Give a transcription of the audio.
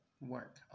Work